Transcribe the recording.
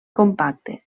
compacte